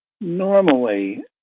Normally